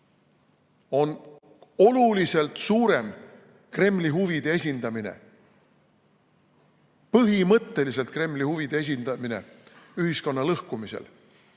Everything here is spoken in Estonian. on oluliselt suurem Kremli huvide esindamine, põhimõtteliselt Kremli huvide esindamine ühiskonna lõhkumisel,